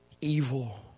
evil